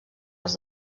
els